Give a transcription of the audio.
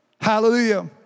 Hallelujah